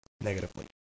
negatively